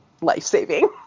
life-saving